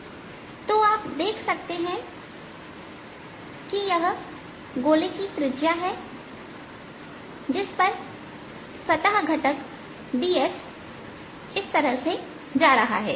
आप देख सकते हैं यह गोले की त्रिज्या है जिस पर सतह घटक ds जा रहा है